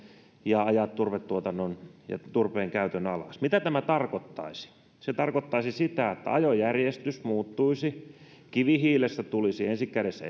ja ajaa turvetuotannon ja turpeen käytön alas mitä tämä tarkoittaisi se tarkoittaisi sitä että ajojärjestys muuttuisi kivihiilestä tulisi ensikädessä